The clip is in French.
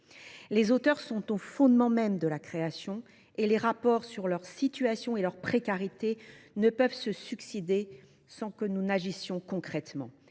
Les auteurs sont au fondement même de la création, et les rapports sur leur situation et leur précarité ne peuvent se succéder sans que nous agissions concrètement.